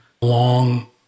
long